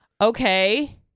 okay